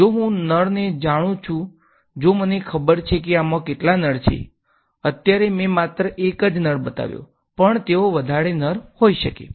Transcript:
જો હું નળને જાણું છું જો મને ખબર છે કે આમાં કેટલા નળ છે અત્યારે મેં માત્ર એક જ નળ બતાવ્યો છે પણ તેઓ વધારે નળ હોઈ શકે છે